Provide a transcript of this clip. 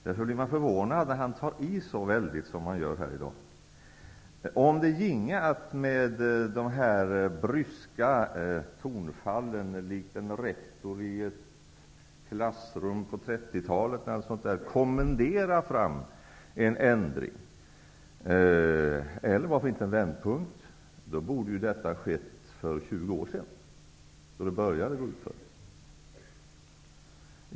Därför blir man förvånad när han tar i så väldigt som han gör här i dag. Om det ginge att med de här bryska tonfallen, likt en rektor i klassrummet på 30-talet, kommendera fram en ändring, eller varför inte en vändpunkt, borde detta ha skett för 20 år sedan, då det började gå utför.